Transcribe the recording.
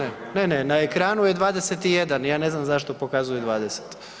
Ne, ne na ekranu je 21, ja ne znam zašto pokazuje 20.